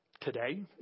today